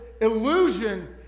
illusion